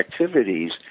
activities